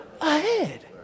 ahead